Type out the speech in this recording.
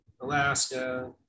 Alaska